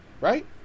right